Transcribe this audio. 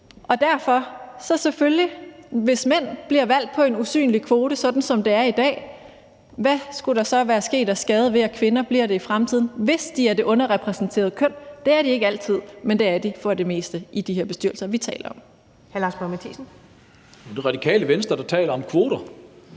sådan, at hvis mænd bliver valgt på en usynlig kvote, som det er i dag, hvad skulle der så være sket af skader, ved at kvinder bliver det i fremtiden, hvis de er det underrepræsenterede køn? Det er de ikke altid, men det er de for det meste i de her bestyrelser, vi taler om. Kl. 14:59 Første næstformand